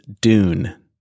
Dune